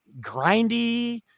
grindy